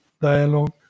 dialogue